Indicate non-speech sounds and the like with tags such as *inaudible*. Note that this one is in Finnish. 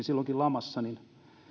*unintelligible* silloinkin lamassa niin